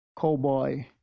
Cowboy